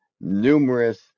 numerous